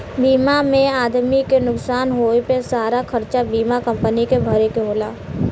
बीमा में आदमी के नुकसान होए पे सारा खरचा बीमा कम्पनी के भरे के होला